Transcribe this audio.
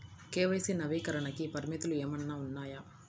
KYC నవీకరణకి పరిమితులు ఏమన్నా ఉన్నాయా?